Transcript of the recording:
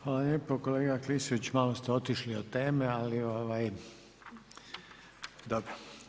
Hvala lijepa, kolega Klisović malo ste otišli od teme, ali dobro.